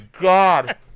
god